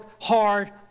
hard